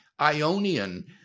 Ionian